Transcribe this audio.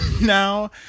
now